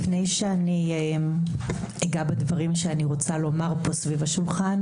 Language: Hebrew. לפני שאגע בדברים שאני רוצה לומר פה סביב השולחן,